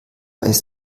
ist